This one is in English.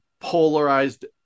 polarized